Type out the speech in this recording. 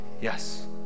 Yes